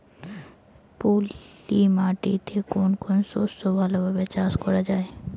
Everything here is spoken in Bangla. পলি মাটিতে কোন কোন শস্য ভালোভাবে চাষ করা য়ায়?